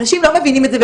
אנשים לא מבינים את זה,